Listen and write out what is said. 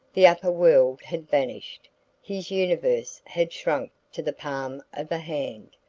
the upper world had vanished his universe had shrunk to the palm of a hand.